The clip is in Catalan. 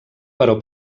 però